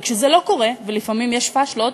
וכשזה לא קורה, ולפעמים יש פשלות,